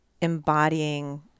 embodying